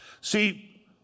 See